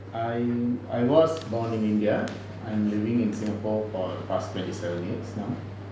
I I was born in india and living in singapore for the past twenty seven years now